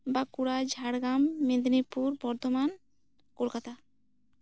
Bankura Jhargram Midnapore Bardhaman Kolkata